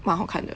蛮好看的